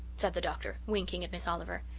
said the doctor, winking at miss oliver.